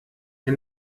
der